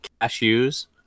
cashews